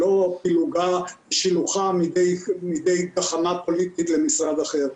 לא פילוגה ושילוחה למשרד אחר.